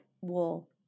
wool